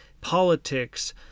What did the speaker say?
politics